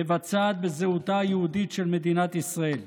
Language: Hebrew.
מבצעת בזהותה היהודית של מדינת ישראל.